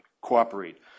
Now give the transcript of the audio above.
cooperate